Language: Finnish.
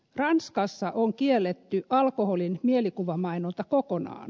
ranskassa on kielletty alkoholin mielikuvamainonta kokonaan